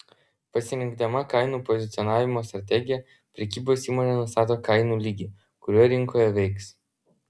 pasirinkdama kainų pozicionavimo strategiją prekybos įmonė nustato kainų lygį kuriuo rinkoje veiks